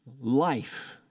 life